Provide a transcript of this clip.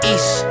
East